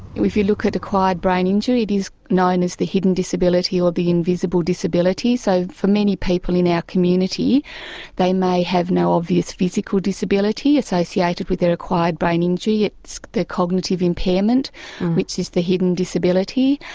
if you look at acquired brain injury it is known as the hidden disability or the invisible disability. so for many people in our community they may have no obvious physical disability associated with their acquired brain injury, it's the cognitive impairment which is the hidden disability,